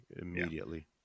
immediately